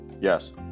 Yes